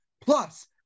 Plus